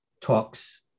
talks